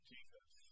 Jesus